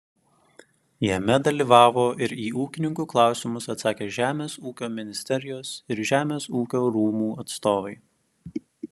jame dalyvavo ir į ūkininkų klausimus atsakė žemės ūkio ministerijos ir žemės ūkio rūmų atstovai